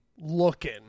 looking